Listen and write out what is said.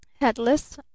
Headless